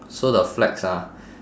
so the flags ah